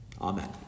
Amen